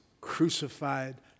crucified